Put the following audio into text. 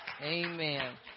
amen